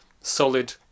solid